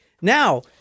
now